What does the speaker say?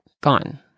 gone